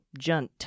Junt